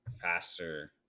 faster